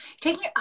Taking